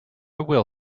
will